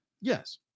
yes